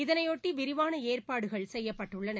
இதனையொட்டி விரிவான ஏற்பாடுகள் செய்யப்பட்டுள்ளன